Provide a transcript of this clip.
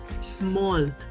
Small